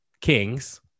kings